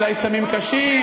אולי סמים קשים,